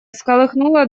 всколыхнула